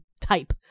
type